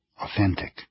authentic